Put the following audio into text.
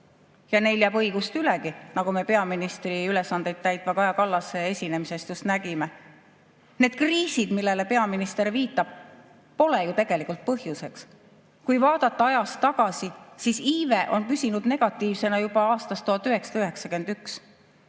Ja neil jääb õigust ülegi, nagu me peaministri ülesandeid täitva Kaja Kallase esinemisest just nägime. Need kriisid, millele peaminister viitab, pole ju tegelikult põhjus. Kui vaadata ajas tagasi, siis on iive püsinud negatiivsena juba aastast 1991.